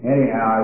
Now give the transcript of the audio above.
Anyhow